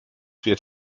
wird